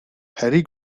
harry